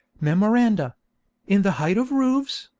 memoranda in the height of roofs,